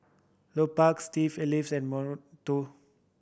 Lupark Steve and Moto